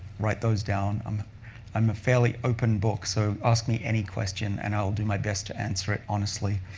write those down. um i'm a fairly open book, so ask me any question and i'll do my best to answer it honestly.